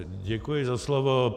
Děkuji za slovo.